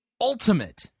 ultimate